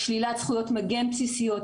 שלילת זכויות מגן בסיסיות,